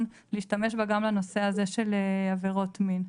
להשתמש בה גם לנושא הזה של עבירות מין.